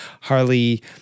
Harley